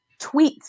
tweets